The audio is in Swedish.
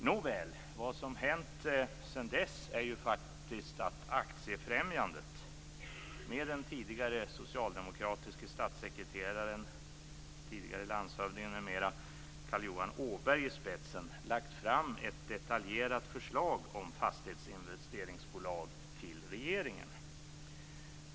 Nåväl, vad som har hänt sedan dess är att Aktiefrämjandet tillsammans med den tidigare socialdemokratiske statssekreteraren och landshövdingen Carl Johan Åberg har lagt fram ett detaljerat förslag om fastighetsinvesteringsbolag till regeringen.